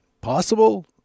possible